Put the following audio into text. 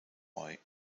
roy